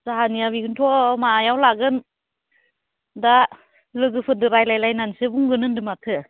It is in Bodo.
जाहानिया बेखौनोथ' मालायाव लागोन दा लोगोफोरदो रायज्लायलायनानैसो बुंगोन होन्दों माथो